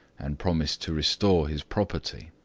and promised to restore his property.